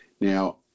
Now